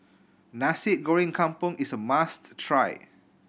Nasi Goreng Kampung is a must try